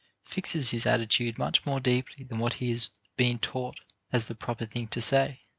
fixes his attitude much more deeply than what he has been taught as the proper thing to say